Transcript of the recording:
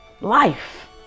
life